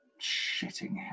shitting